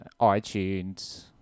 iTunes